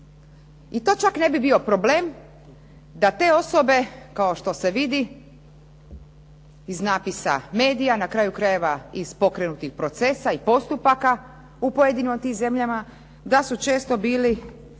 I to čak ne bi bio problem da te osobe, kao što se vidi iz napisa medija, na kraju krajeva i iz pokrenutih procesa i postupaka u pojedinim tim zemljama, da su često bili